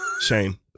Shame